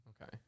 Okay